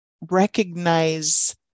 recognize